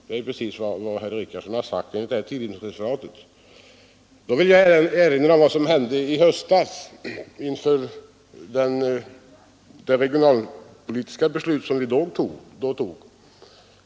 Det är precis vad herr Richardson sagt enligt tidningsreferatet. Då vill jag erinra om vad som hände i höstas inför det regionalpolitiska beslut som då fattades.